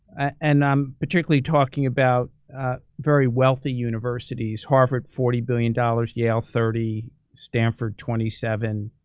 and i'm particularly talking about very wealthy universities, harvard forty billion dollars, yale thirty, stanford twenty seven,